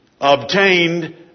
obtained